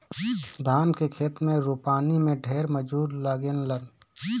धान के खेत में रोपनी में ढेर मजूर लागेलन